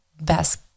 best